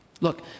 Look